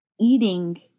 eating